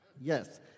yes